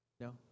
No